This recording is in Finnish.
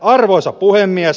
arvoisa puhemies